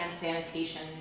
sanitation